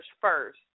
first